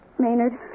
Maynard